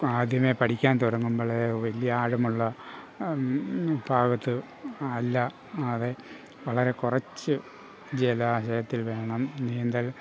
ആദ്യമേ പഠിക്കാൻ തുടങ്ങുമ്പോൾ വലിയ ആഴമുള്ള ഭാഗത്ത് അല്ലാതെ വളരെ കുറച്ച് ജലാശയത്തിൽ വേണം നീന്തൽ